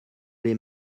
les